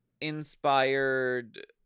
Inspired